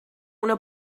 una